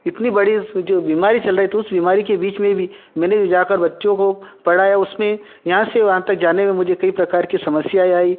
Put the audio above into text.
इतनी बड़ी स जो बीमारी चल रही थी उस बीमारी के बीच में भी मैंने जा कर बच्चों को पढ़ाया उसमें यहाँ से वहाँ तक जाने में मुझे कई प्रकार की समस्याएँ आई